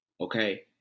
okay